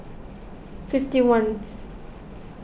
fifty ones